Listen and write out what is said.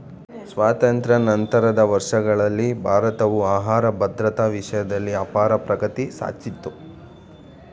ಸ್ವಾತಂತ್ರ್ಯ ನಂತರದ ವರ್ಷಗಳಲ್ಲಿ ಭಾರತವು ಆಹಾರ ಭದ್ರತಾ ವಿಷಯ್ದಲ್ಲಿ ಅಪಾರ ಪ್ರಗತಿ ಸಾದ್ಸಿತು